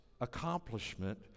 accomplishment